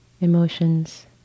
Emotions